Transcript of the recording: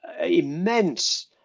immense